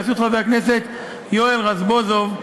בראשות חבר הכנסת יואל רזבוזוב,